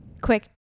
quick